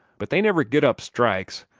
but they never git up strikes,